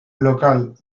local